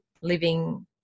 living